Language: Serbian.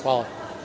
Hvala.